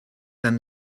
then